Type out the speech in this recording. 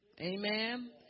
Amen